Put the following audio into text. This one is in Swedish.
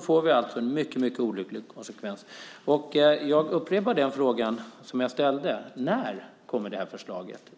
får känna de mycket olyckliga konsekvenserna. Jag upprepar den fråga som jag ställde: När kommer förslaget?